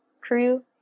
crew